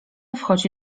wchodzi